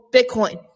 Bitcoin